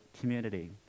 community